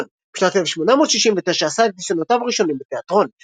תיאטרון בשנת 1869 עשה את ניסיונותיו הראשונים בתיאטרון.